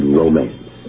romance